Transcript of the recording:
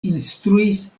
instruis